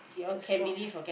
so strong ah